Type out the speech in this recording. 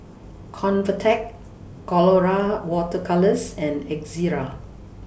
Convatec Colora Water Colours and Ezerra